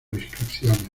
inscripciones